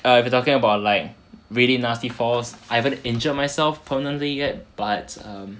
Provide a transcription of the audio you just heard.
uh if you're talking about like really nasty falls I haven't injured myself permanently yet but um